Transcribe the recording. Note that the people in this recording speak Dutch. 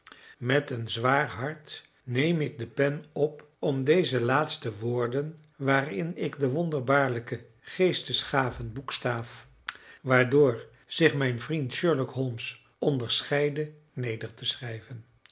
met een zwaar hart neem ik de pen op om deze laatste woorden waarin ik de wonderbaarlijke geestesgaven boekstaaf waardoor zich mijn vriend sherlock holmes onderscheidde neder te schrijven